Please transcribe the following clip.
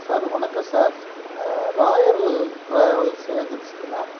sir வணக்கம் sir ராயரல் travels ஏஜென்சிங்களா